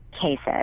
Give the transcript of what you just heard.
cases